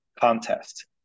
contest